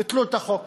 ביטלו את החוק